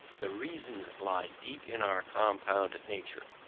the reasons lie deep in our compound nature,